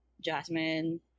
Jasmine